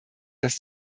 dass